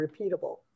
repeatable